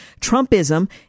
Trumpism